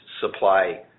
supply